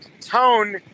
tone